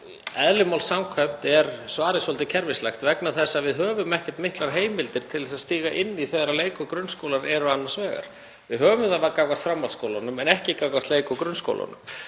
eðli máls samkvæmt er svarið svolítið kerfislægt vegna þess að við höfum ekki miklar heimildir til að stíga inn í þegar á leik- og grunnskólar eru annars vegar. Við höfum það gagnvart framhaldsskólunum en ekki gagnvart leik- og grunnskólunum